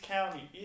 County